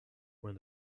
when